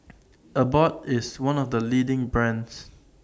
Abbott IS one of The leading brands